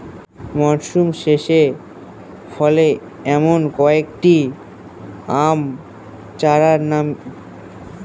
মরশুম শেষে ফলে এমন কয়েক টি আম চারার নাম?